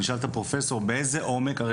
אני אשאל את הפרופסור: באיזה עומק הרי,